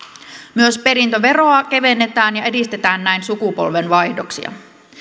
myös perintöveroa kevennetään ja edistetään näin sukupolvenvaihdoksia